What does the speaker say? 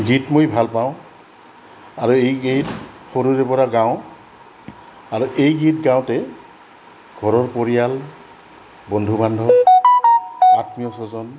গীত মই ভাল পাওঁ আৰু এই গীত সৰুৰে পৰা গাওঁ আৰু এই গীত গাওঁতে ঘৰৰ পৰিয়াল বন্ধু বান্ধৱ আত্মীয় স্বজন